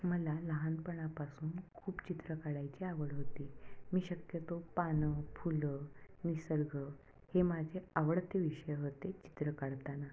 मला लहानपणापासून खूप चित्रं काढायची आवड होती मी शक्यतो पानं फुलं निसर्ग हे माझे आवडते विषय होते चित्रं काढताना